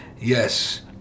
yes